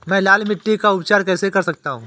मैं लाल मिट्टी का उपचार कैसे कर सकता हूँ?